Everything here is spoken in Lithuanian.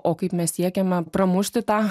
o kaip mes siekiame pramušti tą